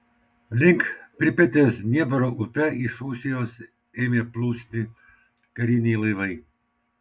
link pripetės dniepro upe iš rusijos ėmė plūsti kariniai laivai